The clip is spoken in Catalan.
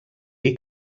dir